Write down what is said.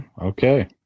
Okay